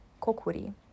Kokuri